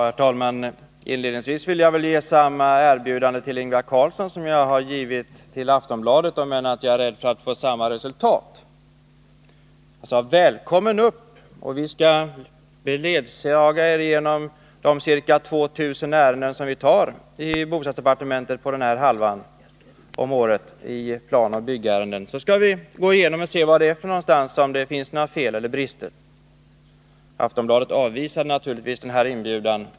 Herr talman! Inledningsvis vill jag ge samma erbjudande till Ingvar Carlsson som det jag givit till Aftonbladet, även om jag är rädd för att resultatet blir detsamma. Till Aftonbladet sade jag nämligen: Välkommen upp, och vi skall beledsaga er genom de ca 2 000 planoch byggärenden som vi har i bostadsdepartementet under ett år. Då skall vi gå igenom och se var det finns några fel eller brister. Aftonbladet avvisade naturligtvis den här inbjudan.